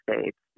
States